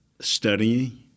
Studying